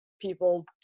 people